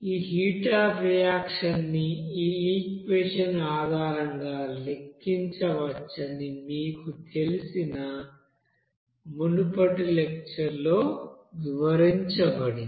ఈ heat of reaction ని ఈ ఈక్వెషన్ ఆధారంగా లెక్కించవచ్చని మీకు తెలిసిన మునుపటి లెక్చర్ లో వివరించబడింది